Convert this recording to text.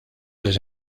les